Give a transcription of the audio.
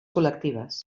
col·lectives